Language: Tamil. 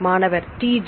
மாணவர் TG